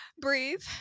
breathe